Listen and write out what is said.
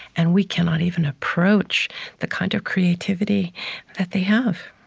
and we cannot even approach the kind of creativity that they have